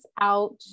out